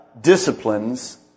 disciplines